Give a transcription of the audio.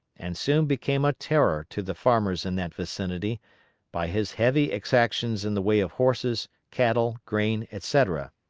and soon became a terror to the farmers in that vicinity by his heavy exactions in the way of horses, cattle, grain, etc.